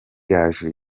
gaju